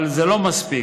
אבל זה לא מספיק.